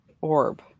orb